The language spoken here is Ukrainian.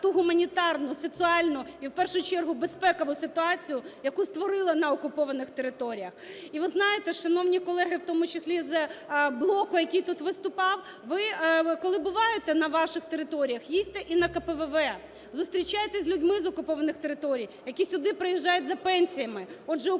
ту гуманітарну, соціальну і, в першу чергу, безпекову ситуацію, яку створили на окупованих територіях. І ви знаєте, шановні колеги, в тому числі з блоку, який тут виступав, ви, коли буваєте на ваших території, їдьте і на КПВВ, зустрічайтесь з людьми з окупованих територій, які сюди приїжджають за пенсіями, отже,